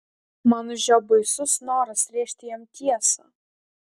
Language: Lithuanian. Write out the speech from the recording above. man užėjo baisus noras rėžti jam tiesą